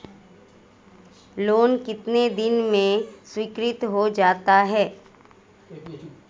Loan कितने दिन में स्वीकृत हो जाता है?